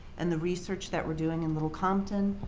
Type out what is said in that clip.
and the research that we're doing in little compton,